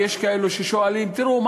ויש כאלה ששואלים: תראו,